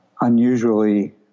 unusually